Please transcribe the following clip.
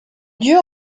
dieu